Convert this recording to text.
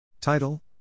Title